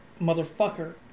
motherfucker